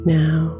now